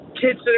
kids